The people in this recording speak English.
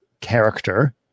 character